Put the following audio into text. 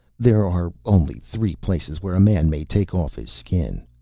there are only three places where a man may take off his skin.